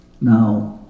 now